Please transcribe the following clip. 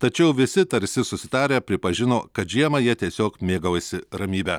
tačiau visi tarsi susitarę pripažino kad žiemą jie tiesiog mėgaujasi ramybe